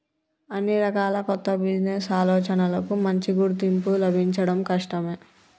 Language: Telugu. అన్ని రకాల కొత్త బిజినెస్ ఆలోచనలకూ మంచి గుర్తింపు లభించడం కష్టమే